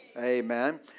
Amen